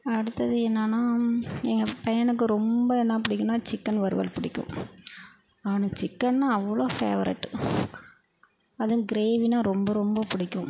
அடுத்தது என்னென்னா எங்கள் பையனுக்கு ரொம்ப என்ன பிடிக்குன்னா சிக்கன் வறுவல் பிடிக்கும் அவனுக்கு சிக்கன்னா அவ்வளோ ஃபேவரட்டு அதுவும் கிரேவின்னா ரொம்ப ரொம்ப பிடிக்கும்